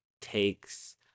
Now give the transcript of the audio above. takes